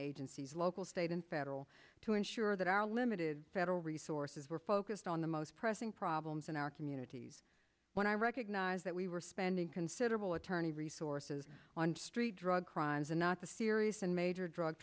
agencies local state and federal to ensure that our limited federal resources were focused on the most pressing problems in our communities when i recognize that we were spending considerable attorney resources on street drug crimes and not the serious and major drug